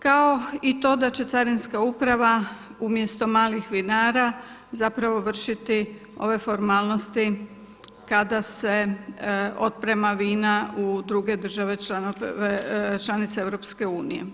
Kao i to da će carinska uprava umjesto malih vinara zapravo vršiti ove formalnosti kada se otprema vino u druge države članice EU.